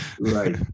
Right